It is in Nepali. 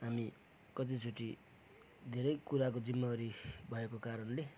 हामी कतिचोटि धेरै कुराको जिम्मावरी भएको कारणले